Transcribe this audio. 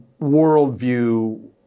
worldview